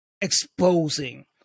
exposing